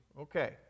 Okay